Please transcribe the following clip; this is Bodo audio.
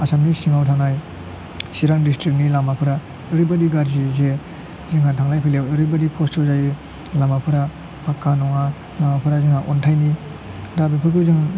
आसामनि सिङाव थानाय चिरां डिस्ट्रिक्टनि लामाफोरा ओरैबायदि गाज्रि जे जोंहा थांलाय फैलायाव ओरैबायदि खस्थ' जायो लामाफोरा फाक्का नङा लामाफोरा जोंना अन्थाइनि दा बेफोरखौ जों